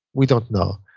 we don't know.